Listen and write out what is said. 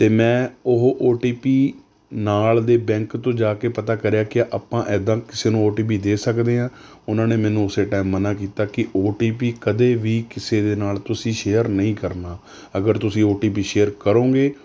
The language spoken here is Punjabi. ਅਤੇ ਮੈਂ ਉਹ ਓ ਟੀ ਪੀ ਨਾਲ ਦੇ ਬੈਂਕ ਤੋਂ ਜਾ ਕੇ ਪਤਾ ਕਰਿਆ ਕਿ ਆਪਾਂ ਇੱਦਾਂ ਕਿਸੇ ਨੂੰ ਓ ਟੀ ਪੀ ਦੇ ਸਕਦੇ ਹਾਂ ਉਨ੍ਹਾਂ ਨੇ ਮੈਨੂੰ ਉਸੇ ਟਾਈਮ ਮਨ੍ਹਾ ਕੀਤਾ ਕਿ ਓ ਟੀ ਪੀ ਕਦੇ ਵੀ ਕਿਸੇ ਦੇ ਨਾਲ ਤੁਸੀਂ ਸ਼ੇਅਰ ਨਹੀਂ ਕਰਨਾ ਅਗਰ ਤੁਸੀਂ ਓ ਟੀ ਪੀ ਸ਼ੇਅਰ ਕਰੋਗੇ